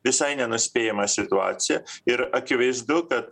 visai nenuspėjama situacija ir akivaizdu kad